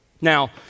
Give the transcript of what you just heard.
Now